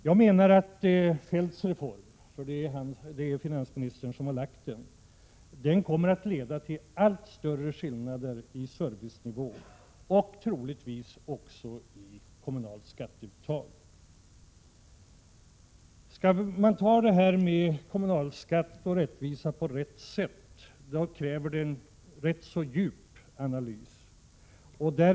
Jag menar att Feldts reform, för det är finansministern som har genomfört den, kommer att leda till allt större skillnader i servicenivå och troligtvis också till allt större skillnader när det gäller kommunalt skatteuttag. Skall man utreda frågan om kommunalskatt och rättvisa på rätt sätt kräver det en ganska djup analys.